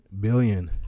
billion